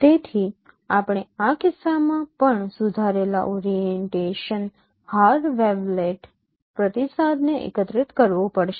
તેથી આપણે આ કિસ્સામાં પણ સુધારેલા ઓરીએન્ટેશન હાર વેવલેટ પ્રતિસાદને એકત્રિત કરવો પડશે